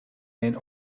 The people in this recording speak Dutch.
een